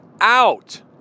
out